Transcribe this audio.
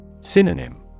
Synonym